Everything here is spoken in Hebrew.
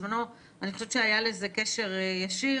בזמנו אני חושבת שהיה לזה קשר ישיר,